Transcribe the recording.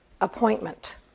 appointment